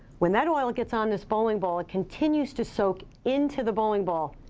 when that oil gets on this bowling ball, it continues to soak into the bowling ball.